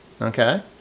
Okay